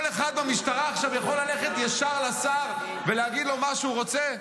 כל אחד במשטרה עכשיו יכול ללכת ישר לשר ולהגיד לו מה שהוא רוצה?